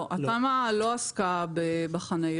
לא, התמ"א לא עסקה בחניות.